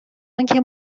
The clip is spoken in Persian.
آنکه